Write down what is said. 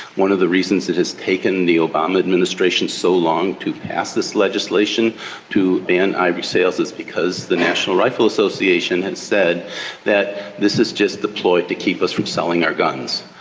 one of the reasons it has taken the obama administration so long to pass this legislation to ban ivory sales is because the national rifle association has said that this is just a ploy to keep us from selling our guns.